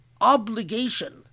obligation